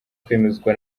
kwemezwa